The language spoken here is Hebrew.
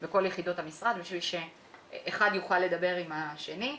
בכל יחידות המשרד כדי שאחד יוכל לדבר עם השני.